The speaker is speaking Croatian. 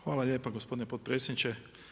Hvala lijepa gospodine potpredsjedniče.